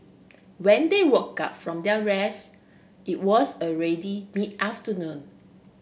when they woke up from their rest it was already mid afternoon